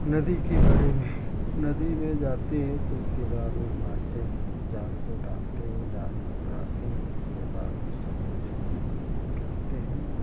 नदी के बारे में नदी में जाती है तो उसके बाद में मारते हैं नदी जाल को डालते हैं डाल ऊल कर आते हैं उसके बाद में सब कुछ करते हैं